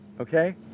Okay